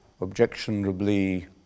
objectionably